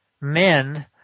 men